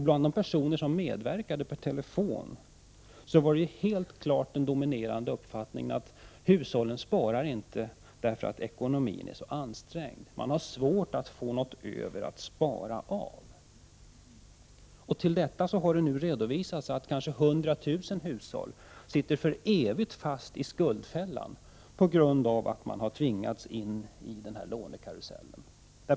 Bland de personer som medverkade per telefon i programmet framhölls den dominerande uppfattningen att hushållen inte sparar därför att ekonomin är så ansträngd. Hushållen har svårt att få något över att spar. Nu har vi fått redovisat att kanske 100 000 hushåll för evigt sitter fast i skuldfällan på grund av att de har tvingats in i lånekarusellen.